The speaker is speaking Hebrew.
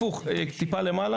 בכפוף לאישור